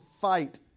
fight